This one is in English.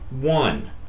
One